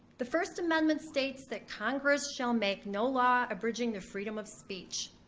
the first amendment states that congress shall make no law abridging the freedom of speech.